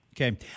Okay